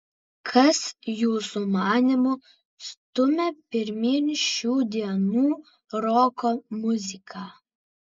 kas jūsų manymu stumia pirmyn šių dienų roko muziką